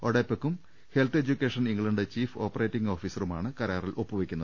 ഒഡേപെക്കും health education England chief operating ഓഫീസറുമാണ് കരാ റിൽ ഒപ്പുവെയ്ക്കുന്നത്